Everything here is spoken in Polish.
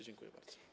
Dziękuję bardzo.